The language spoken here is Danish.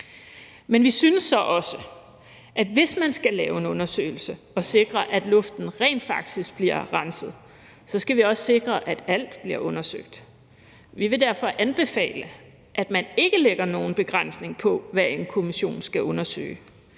Men vi synes så også, at hvis man skal lave en undersøgelse og sikre, at luften rent faktisk bliver renset, så skal vi også sikre, at alt bliver undersøgt. Vi vil derfor anbefale, at man ikke lægger nogen begrænsning på, hvad en kommission skal undersøge,